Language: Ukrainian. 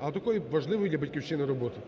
але такої важливої для Батьківщини, роботи.